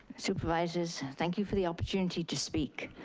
supervisors, thank you for the opportunity to speak.